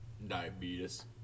Diabetes